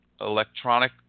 electronic